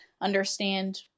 understand